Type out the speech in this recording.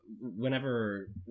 whenever